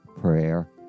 prayer